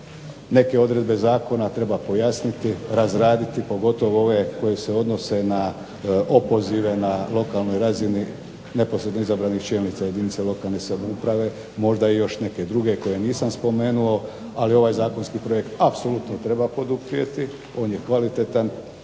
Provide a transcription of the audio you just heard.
neke odredbe zakona treba pojasniti, razraditi, pogotovo ove koje se odnose na opozive na lokalnoj razini neposredno izabranih čelnica jedinica lokalne samouprave, možda i još neke druge koje nisam spomenuo, ali ovaj zakonski projekt apsolutno treba poduprijeti, on je kvalitetan,